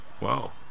Wow